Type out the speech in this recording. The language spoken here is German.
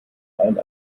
allen